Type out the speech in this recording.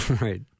Right